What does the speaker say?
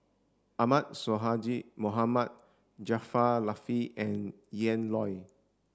Ahmad Sonhadji Mohamad Jaafar Latiff and Ian Loy